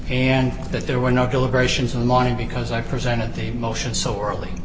and that there were no deliberations in the morning because i presented the motion so